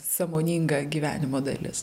sąmoninga gyvenimo dalis